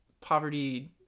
poverty